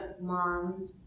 Mom